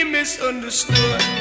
misunderstood